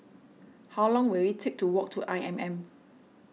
how long will it take to walk to I M M